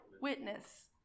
witness